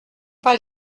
pas